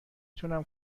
تونم